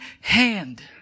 hand